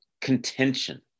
contention